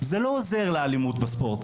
זה לא עוזר לאלימות בספורט.